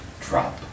drop